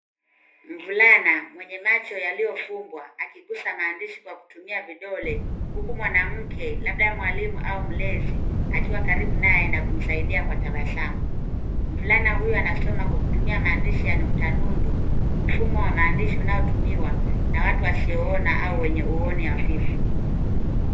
Mvulana mwenye macho yaliyofungwa akiguza maandishi kwa kutumia vidole. Huku mwanamke labda mwalimu au mlezi akiwa karibu naye na kumsaidia kwa tabasamu. Mvulana huyo anasoma kwa kutumia maandishi ya nukta nudu. Mfumo wa maandishi unaotumiwa na watu wasioona au wenye uoni hafifu.